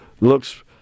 looks